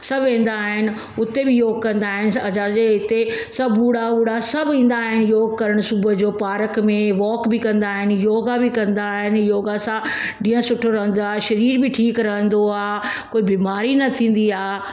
सभु वेंदा आहिनि उते बि योग कंदा आहिनि असांजे हिते सभु बूढ़ा वूढ़ा सभु ईंदा आहिनि योग करण सुबुह जो पार्क में वॉक बि कंदा आहिनि योगा बि कंदा आहिनि योगा सां ॾींहुं सुठो रहंदो आहे शरीर बि ठीकु रहंदो आहे कोई बीमारी न थींदी आहे